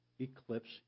eclipse